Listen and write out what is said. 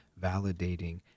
validating